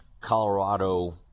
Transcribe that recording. Colorado